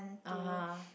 (uh huh)